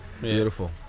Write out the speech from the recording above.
beautiful